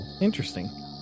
interesting